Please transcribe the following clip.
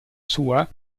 sua